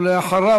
ולאחריו,